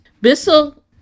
Bissell